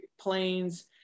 planes